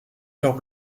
fleurs